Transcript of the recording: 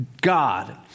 God